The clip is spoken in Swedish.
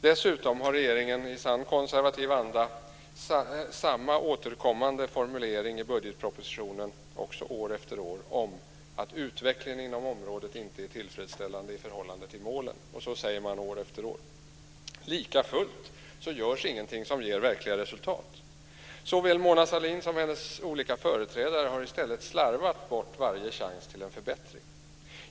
Dessutom har regeringen också i sann konservativ anda samma återkommande formulering i budgetpropositionen år efter år om att utvecklingen inom området inte är tillfredsställande i förhållande till målen. Så säger man år efter år. Likafullt görs ingenting som ger verkliga resultat. Såväl Mona Sahlin som hennes olika företrädare har i stället slarvat bort varje chans till en förbättring.